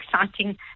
exciting